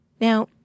Now